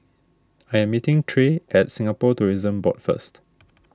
I am meeting Tre at Singapore Tourism Board first